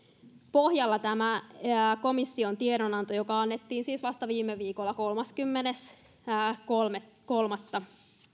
pohjalla tämä komission tiedonanto joka annettiin siis vasta viime viikolla kolmaskymmenes kolmatta